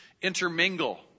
intermingle